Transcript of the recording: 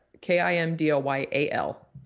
k-i-m-d-o-y-a-l